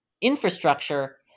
infrastructure